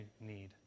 need